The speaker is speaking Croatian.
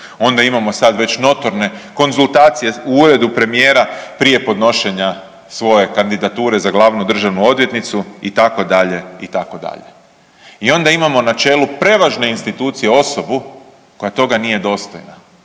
onda imamo sad već notorne konzultacije u uredu Premijera prije podnošenja svoje kandidature za Glavnu državnu odvjetnicu itd. itd. I onda imamo na čelu prevažne institucije osobu koja toga nije dostojna